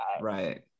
right